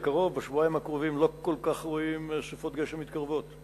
בשבועיים הקרובים לא כל כך רואים סופות גשם מתקרבות,